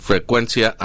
Frecuencia